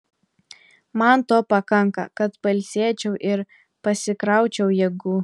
man to pakanka kad pailsėčiau ir pasikraučiau jėgų